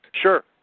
Sure